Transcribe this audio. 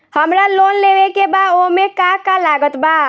हमरा लोन लेवे के बा ओमे का का लागत बा?